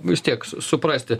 vis tiek suprasti